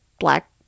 black